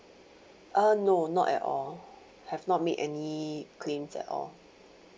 uh no not at all have not make any claims at all